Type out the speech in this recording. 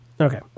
Okay